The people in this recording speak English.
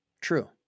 True